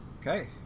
okay